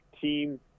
team